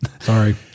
Sorry